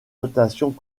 notations